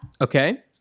Okay